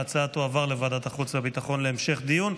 ההצעה תועבר לוועדת החוץ והביטחון להמשך דיון.